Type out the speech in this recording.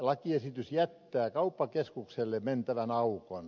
lakiesitys jättää kauppakeskuksen mentävän aukon